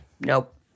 nope